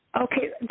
Okay